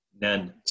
None